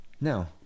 No